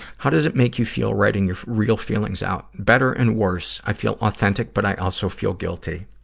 how does it make you feel writing your real feelings out? better and worse. i feel authentic, but i also feel guilty.